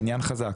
הבניין חזק,